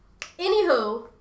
Anywho